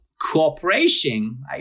cooperation